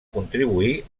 contribuir